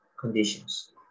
conditions